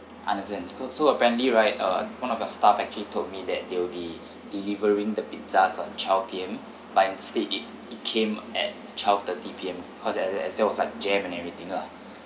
understand cause so apparently right uh one of your staff actually told me that they will be delivering the pizzas on twelve P_M but instead it it came at twelve thirty P_M cause as as there was like jammed and everything lah